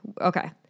Okay